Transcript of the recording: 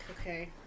okay